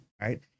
right